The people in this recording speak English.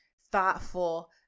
thoughtful